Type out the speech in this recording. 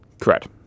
Correct